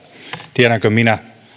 tiedänkö minä